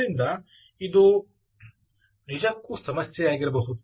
ಆದ್ದರಿಂದ ಇದು ನಿಜಕ್ಕೂ ಸಮಸ್ಯೆಯಾಗಿರಬಹುದು